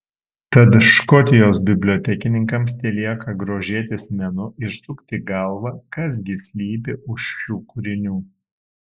tad škotijos bibliotekininkams telieka grožėtis menu ir sukti galvą kas gi slypi už šių kūrinių